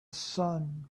sun